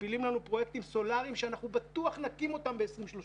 ומפילים לנו פרויקטים סולאריים שאנחנו בטוח נקים אותם ב-2030.